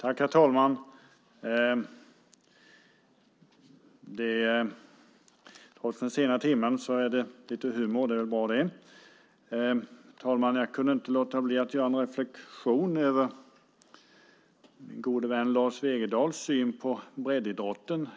Herr talman! Trots den sena timmen är det lite humor. Det är bra det. Herr talman! Jag kunde inte låta bli att göra någon reflexion över min gode vän Lars Wegendals syn på breddidrotten.